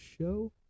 show